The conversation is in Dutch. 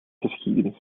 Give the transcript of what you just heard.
geschiedenis